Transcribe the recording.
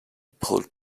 pulled